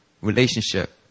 relationship